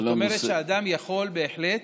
זאת אומרת שאדם יכול בהחלט,